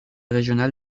régional